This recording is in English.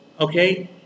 okay